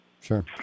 sure